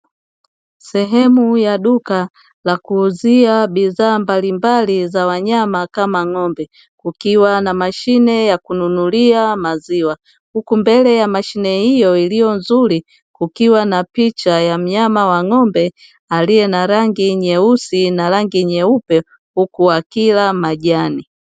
Sehemu ya duka la kuuzia bidhaa mbalimbali za wanyama kama ng`ombe kukiwa na mashine ya kununulia maziwa, huku mbele ya mashine hiyo iliyo nzuri kukiwa na picha ya mnyama wa ng`ombe aliye na rangi nyeusi na rangi nyeupe, huku akila majani.